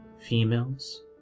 females